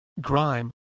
grime